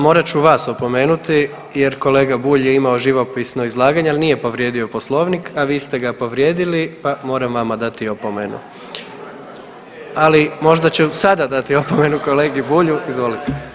Morat ću vas opomenuti jer kolega Bulj je imao živopisno izlaganje, ali nije povrijedio Poslovnik, a vi ste ga povrijedili pa moram vama dati opomenu. ... [[Upadica se ne čuje.]] ali možda ću sada dati opomenu kolegi Bulju, izvolite.